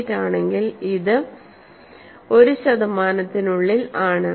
8 ആണെങ്കിൽ ഇത് ഒരു ശതമാനത്തിനുള്ളിൽ ആണ്